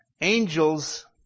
Angels